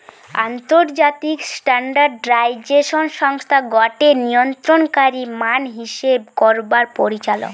আন্তর্জাতিক স্ট্যান্ডার্ডাইজেশন সংস্থা গটে নিয়ন্ত্রণকারী মান হিসেব করবার পরিচালক